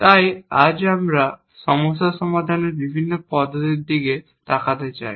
তাই আজ আমরা সমস্যা সমাধানের বিভিন্ন পদ্ধতির দিকে তাকাতে চাই